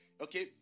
Okay